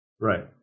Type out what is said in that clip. Right